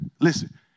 Listen